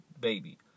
baby